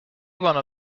one